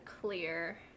clear